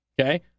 Okay